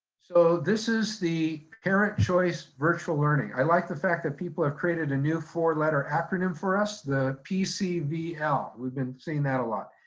so this is the parent choice virtual learning. i liked the fact that people have created a new four letter acronym for us, the pcvl, we've been seeing that a lot.